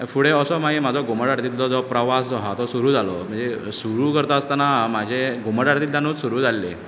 फुडें असोच मागीर म्हाजो घुमट आरतींतलोे जो प्रवास जो आसा तो सुरू जालो म्हणजे सुरू करता आसतना म्हाजें घुमट आरतींतल्यानूच सुरू जाल्लें